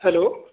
hello